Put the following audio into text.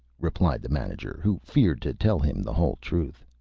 replied the manager, who feared to tell him the whole truth.